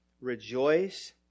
Rejoice